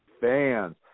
fans